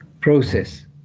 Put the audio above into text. process